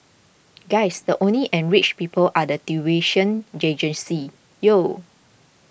guys the only enriched people are the tuition yo